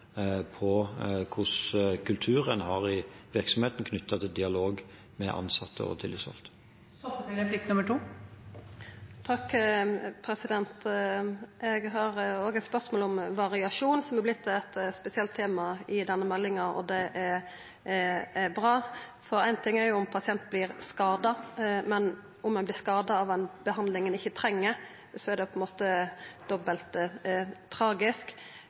på hvordan kulturen i virksomheten er knyttet til dialog med ansatte og tillitsvalgte. Eg har òg eit spørsmål om variasjon, som har vorte eit spesielt tema i denne meldinga, og det er bra. Ein ting er om ein pasient vert skadd, men om han vert skadd av ei behandling han ikkje treng, er det